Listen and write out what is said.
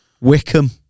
Wickham